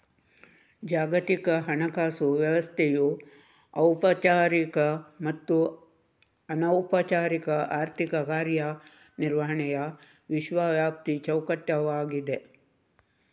ಜಾಗತಿಕ ಹಣಕಾಸು ವ್ಯವಸ್ಥೆಯು ಔಪಚಾರಿಕ ಮತ್ತು ಅನೌಪಚಾರಿಕ ಆರ್ಥಿಕ ಕಾರ್ಯ ನಿರ್ವಹಣೆಯ ವಿಶ್ವವ್ಯಾಪಿ ಚೌಕಟ್ಟಾಗಿದೆ